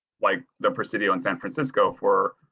like the presidio in san francisco for.